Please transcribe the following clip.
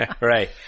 right